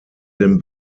den